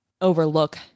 overlook